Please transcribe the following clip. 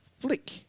Flick